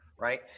right